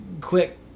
quick